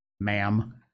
ma'am